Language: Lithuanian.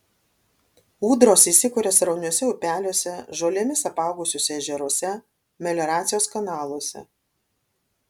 ūdros įsikuria srauniuose upeliuose žolėmis apaugusiuose ežeruose melioracijos kanaluose